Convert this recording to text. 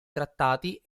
trattati